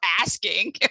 asking